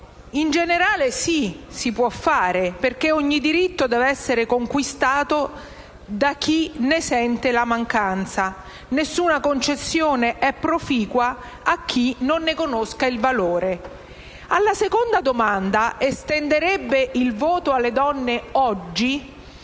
in generale, sì, si può fare, «perché ogni diritto deve essere conquistato da chi ne sente la mancanza. Nessuna concessione è proficua a chi non ne conosca il valore». Alla seconda domanda (estenderebbe il voto alle donne oggi,)